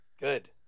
Good